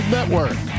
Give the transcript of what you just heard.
Network